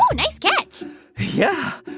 so nice catch yeah.